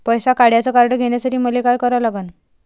पैसा काढ्याचं कार्ड घेण्यासाठी मले काय करा लागन?